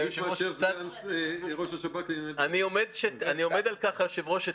עדיף מאשר להיות ראש השב"כ לענייני בריאות.